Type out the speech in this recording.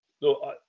Look